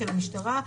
של המשטרה,